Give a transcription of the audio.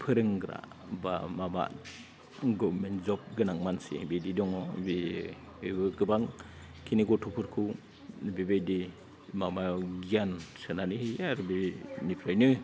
फोरोंग्रा बा माबा गभरमेन्ट जब गोनां मानसि बेबायदि दङ बेबो गोबां गथ'फोरखौ बेबायदि माबायाव गियान सोनानै होयो आरो बेनिफ्रायनो